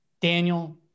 Daniel